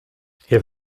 hier